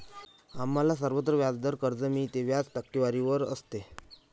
आम्हाला सर्वत्र व्याजावर कर्ज मिळते, व्याज टक्केवारीवर असते